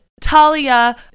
Talia